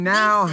now